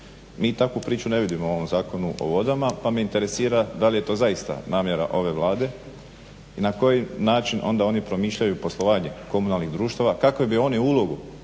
Mi takvu priču ne vidimo u ovom Zakonu o vodama, pa me interesira da li je to zaista namjera ove Vlade i na koji način onda oni promišljaju poslovanje komunalnih društava, kakve bi oni ulogu